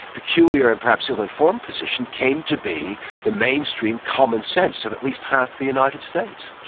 peculiar and perhaps ill-formed position, came to be the mainstream common-sense of at least half the united states.